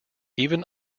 even